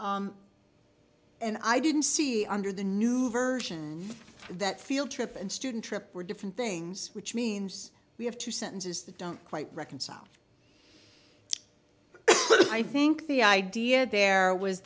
trip and i didn't see under the new version that field trip and student trip were different things which means we have two sentences that don't quite reconcile i think the idea there was